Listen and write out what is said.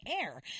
air